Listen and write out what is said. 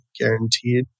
guaranteed